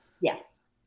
Yes